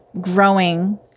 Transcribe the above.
growing